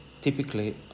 typically